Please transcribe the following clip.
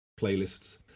playlists